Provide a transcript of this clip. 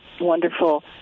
wonderful